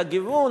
על הגיוון,